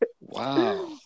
wow